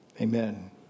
Amen